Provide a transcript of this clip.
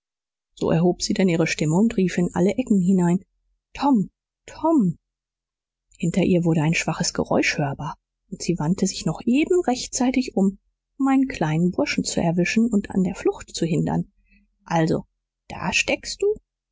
so erhob sie denn ihre stimme und rief in alle ecken hinein tom tom hinter ihr wurde ein schwaches geräusch hörbar und sie wandte sich noch eben rechtzeitig um um einen kleinen burschen zu erwischen und an der flucht zu hindern also da steckst du